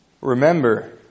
Remember